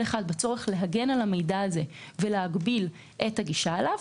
אחד בצורך להגן על המידע הזה ולהגביל את הגישה אליו,